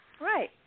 Right